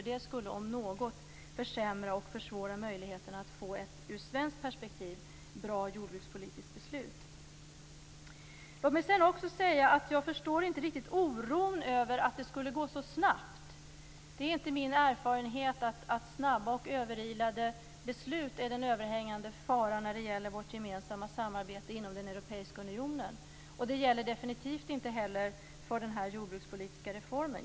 Det skulle - om något - försämra möjligheterna, ur svenskt perspektiv, att få ett bra jordbrukspolitiskt beslut. Jag förstår inte oron över att det skulle gå så snabbt. Det är inte min erfarenhet att snabba och överilade beslut är den överhängande faran när det gäller vårt gemensamma samarbete inom den europeiska unionen. Det gäller definitivt inte den jordbrukspolitiska reformen.